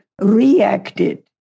reacted